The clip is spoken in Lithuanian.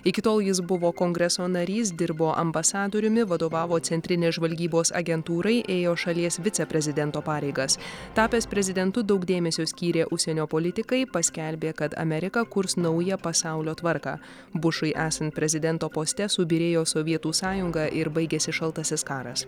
iki tol jis buvo kongreso narys dirbo ambasadoriumi vadovavo centrinės žvalgybos agentūrai ėjo šalies viceprezidento pareigas tapęs prezidentu daug dėmesio skyrė užsienio politikai paskelbė kad amerika kurs naują pasaulio tvarką bušui esant prezidento poste subyrėjo sovietų sąjunga ir baigėsi šaltasis karas